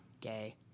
Gay